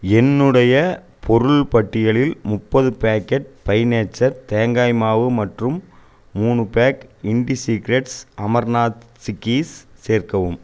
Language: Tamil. என்னுடைய பொருள் பட்டியலில் முப்பது பேக்கெட் பை நேச்சர் தேங்காய் மாவு மற்றும் மூணு பேக் இண்டிஸீக்ரெட்ஸ் அமர்நாத் சிக்கீஸ் சேர்க்கவும்